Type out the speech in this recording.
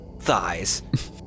thighs